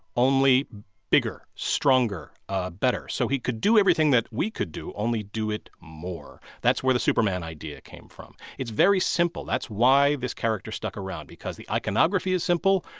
only bigger, stronger, ah better. so he could do everything that we could do, only do it more. that's where the superman idea came from. it's very simple. that's why this character stuck around because the iconography is simple,